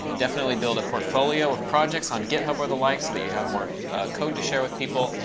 um definitely build a portfolio of projects on github or the like so that you have more code to share with people.